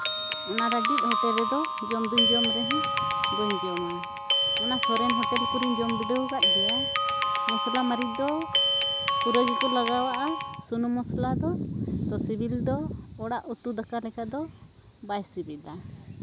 ᱚᱱᱟ ᱞᱟᱹᱜᱤᱫ ᱦᱳᱴᱮᱞ ᱨᱮᱫᱚ ᱡᱚᱢ ᱫᱩᱧ ᱡᱚᱢ ᱨᱮᱦᱚᱸ ᱵᱟᱹᱧ ᱡᱚᱢᱟ ᱚᱱᱟ ᱥᱚᱨᱮᱱ ᱦᱳᱴᱮᱞ ᱠᱚᱨᱮ ᱡᱚᱢ ᱵᱤᱰᱟᱹᱣ ᱟᱠᱟᱫ ᱜᱮᱭᱟ ᱢᱚᱥᱞᱟ ᱢᱟᱹᱨᱤᱪ ᱫᱚ ᱯᱩᱨᱟᱹ ᱜᱮᱠᱚ ᱞᱟᱜᱟᱣ ᱟᱜᱼᱟ ᱥᱩᱱᱩᱢ ᱢᱚᱥᱞᱟ ᱫᱚ ᱛᱚ ᱥᱤᱵᱤᱞ ᱫᱚ ᱚᱲᱟᱜ ᱩᱛᱩ ᱫᱟᱠᱟ ᱞᱮᱠᱟ ᱫᱚ ᱵᱟᱭ ᱥᱤᱵᱤᱞᱟ